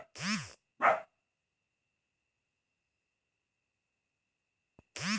कृषि बाजार बजारोत की की नियम जाहा अच्छा हाई?